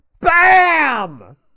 bam